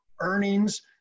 earnings